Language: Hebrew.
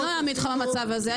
ואני לא אעמיד אותך במצב הזה.